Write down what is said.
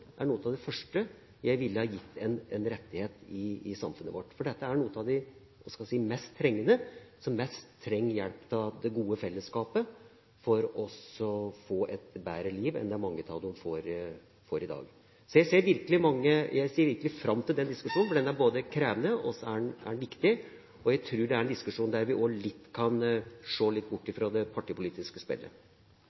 av de første jeg ville gitt en rettighet i samfunnet vårt. De er noen av de mest trengende, som mest trenger hjelp av det gode fellesskapet for å få et bedre liv enn det mange av dem får i dag. Så jeg ser virkelig fram til den diskusjonen, for den er både krevende og viktig. Jeg tror også det er en diskusjon der vi kan se litt bort fra det partipolitiske spillet. Replikkordskiftet er omme. Siden 2005 har kommunesektorens inntekter økt med om lag 59 mrd. kr. I